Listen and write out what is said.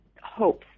hopes